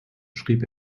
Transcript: schrieb